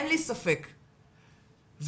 עם זאת,